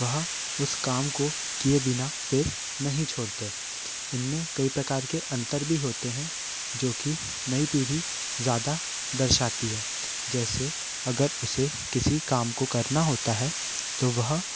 वह उस काम को किए बिना फिर नहीं छोड़ते इनमें कई प्रकार के अंतर भी होते हैं जोकि नई पीढ़ी ज़्यादा दर्शाती है जैसे अगर उसे किसी काम को करना होता है तो वह